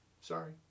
sorry